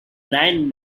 bryan